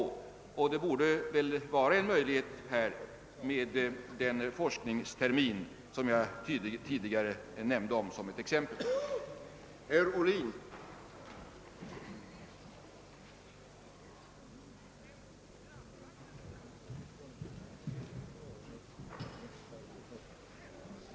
Den forskningstermin, som jag tidigare nämnde som ett exempel, borde väl kunna öka dessa möjligheter.